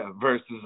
versus